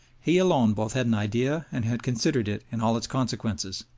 he alone both had an idea and had considered it in all its consequences.